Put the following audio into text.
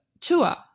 tour